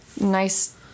nice